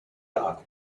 dock